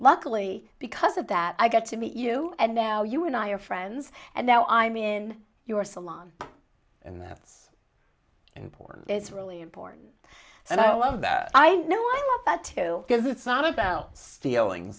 luckily because of that i got to meet you and now you and i are friends and now i'm in your salon and that's important it's really important and i love that i know what i'm about to give it's not about stealing